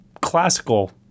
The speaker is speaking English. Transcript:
classical